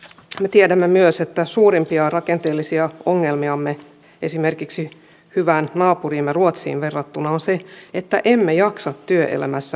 me tiedämme myös että suurimpia rakenteellisia ongelmiamme esimerkiksi hyvään naapuriimme ruotsiin verrattuna on se että emme jaksa työelämässä yhtä pitkään